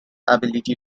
ability